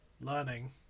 learning